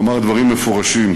הוא אמר דברים מפורשים: